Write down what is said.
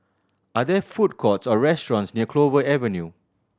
are there food courts or restaurants near Clover Avenue